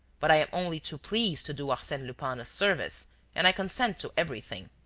but i am only too pleased to do arsene lupin a service and i consent to everything.